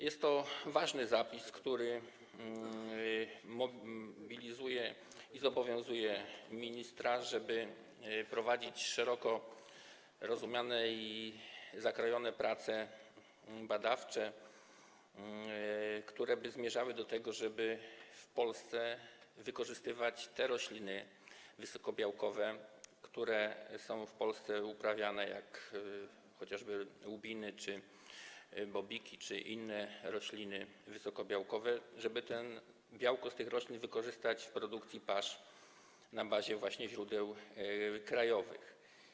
Jest to ważny zapis, który mobilizuje i zobowiązuje ministra, żeby prowadzić szeroko rozumiane i zakrojone prace badawcze, które zmierzałyby do tego, żeby w Polsce wykorzystywać te rośliny wysokobiałkowe, które są w Polsce uprawiane, jak chociażby łubiny czy bobiki, czy inne rośli wysokobiałkowe, żeby białko z tych roślin wykorzystać w produkcji pasz na bazie właśnie źródeł krajowych.